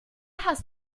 hast